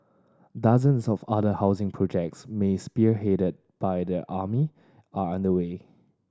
dozens of other housing projects many spearheaded by the army are underway